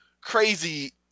crazy